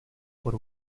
por